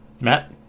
matt